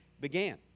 began